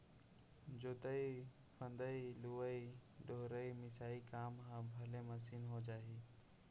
जोतइ भदई, लुवइ डोहरई, मिसाई काम ह भले मसीन हो जाही